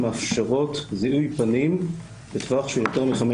שמאפשרות זיהוי פנים בטווח של יותר מחמש